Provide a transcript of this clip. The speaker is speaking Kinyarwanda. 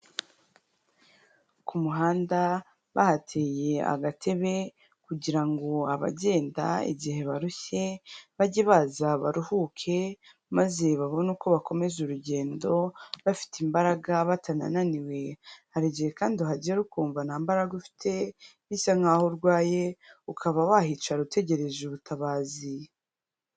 Ku muhanda bahateye agatebe kugira ngo abagenda igihe barushye bajye baza baruhuke, maze babone uko bakomeza urugendo bafite imbaraga batananiwe. Hari igihe kandi uhagera ukumva nta mbaraga ufite bisa nk'aho urwaye ukaba wahicara utegereje ubutabazi.